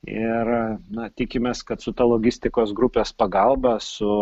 ir na tikimės kad su ta logistikos grupės pagalba su